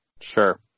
Sure